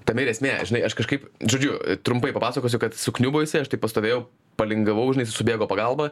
tame ir esmė žinai aš kažkaip žodžiu trumpai papasakosiu kad sukniubo jisai aš taip pastovėjau palingavau žinai subėgo pagalba